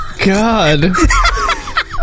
God